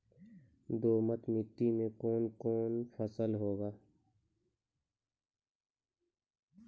दोमट मिट्टी मे कौन कौन फसल होगा?